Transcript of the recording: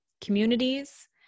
communities